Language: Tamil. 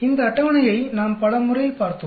இந்த அட்டவணையை நாம் பலமுறை பார்த்தோம்